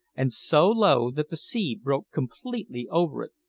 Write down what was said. and so low that the sea broke completely over it.